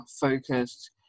focused